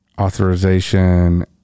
authorization